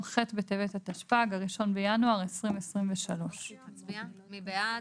ח' בטבת התשפ"ג (1 בינואר 2023)." מי בעד?